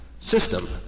system